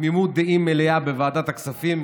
תמימות דעים מלאה בוועדת הכספים,